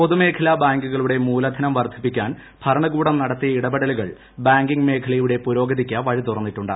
പൊതുമേഖലാ ബാങ്കുകളുടെ മൂലധനം വർദ്ധിപ്പിക്കാൻ ഭരണകൂടം നടത്തിയ ഇടപെടലുകൾ ബാങ്കീംഗ് മേഖലയുടെ പുരോഗതിയ്ക്ക് വഴി തുറന്നിട്ടുണ്ട്